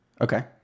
Okay